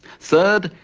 third,